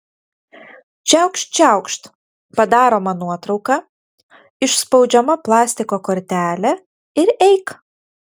čiaukšt čiaukšt padaroma nuotrauka išspaudžiama plastiko kortelė ir eik